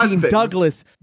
Douglas